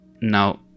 Now